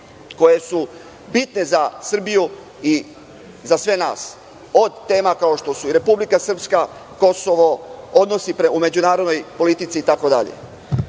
koje su bitne za Srbiju i za sve nas: od tema kao što su i Republika Srpska, Kosovo, odnosi u međunarodnoj politici itd. Ono